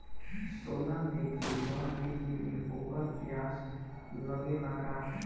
सोना देके जवन ऋण मिली वोकर ब्याज लगेला का?